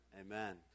Amen